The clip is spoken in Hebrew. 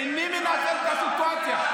איני מנצל את הסיטואציה.